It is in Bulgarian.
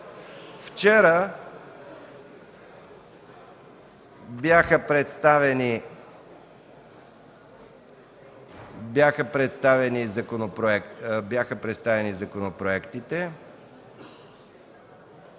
Вчера бяха представени законопроектите,